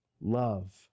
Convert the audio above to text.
love